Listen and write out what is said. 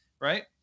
right